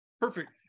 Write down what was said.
Perfect